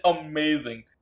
amazing